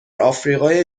آفریقای